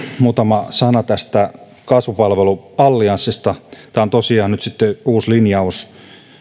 muutama sana tästä kasvupalveluallianssista tämä on tosiaan nyt uusi linjaus